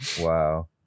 Wow